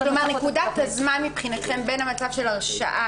נקודת הזמן מבחינתכם בין המצב של הרשעה